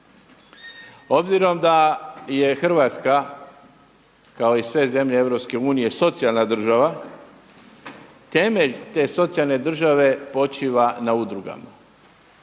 Obzirom da je Hrvatska kao i sve zemlje Europske unije socijalna država, temelj te socijalne države počiva na udrugama